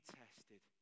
tested